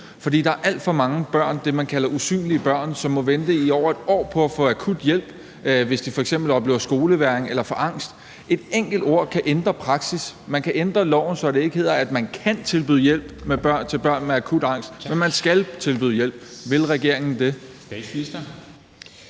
fordi der er alt for mange børn, dem, man kalder usynlige børn, som må vente i over et år på at få akut hjælp, hvis de f.eks. oplever skolevægring eller får angst. Et enkelt ord kan ændre praksis. Man kan ændre loven, så det ikke hedder, at man kan tilbyde hjælp til børn med akut angst, men at man skal tilbyde hjælp. Vil regeringen det?